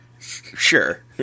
Sure